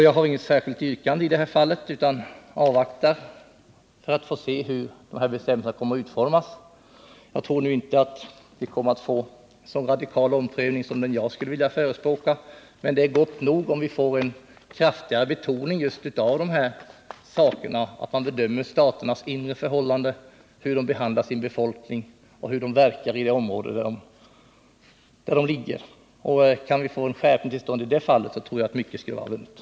Jag har inget särskilt yrkande i det här fallet utan avvaktar och ser hur bestämmelserna kommer att utformas. Jag tror nu inte att det kommer att bli en så radikal omprövning som jag skulle vilja förespråka, men det är gott nog om vi får en kraftigare betoning just av detta att man bedömer staternas inre förhållanden, hur de behandlar sin befolkning och hur de verkar i det område där de ligger. Kan vi få en skärpning till stånd i detta fall tror jag att mycket skulle vara vunnet.